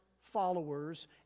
followers